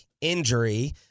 injury